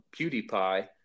PewDiePie